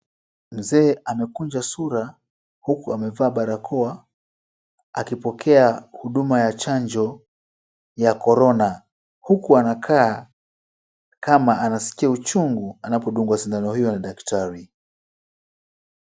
Mzee amekunja sura huku amevaa barakoa, akipokea huduma ya chanjo ya corona huku anakaa kama anahisi uchungu anapodungwa sindano hiyo na daktari.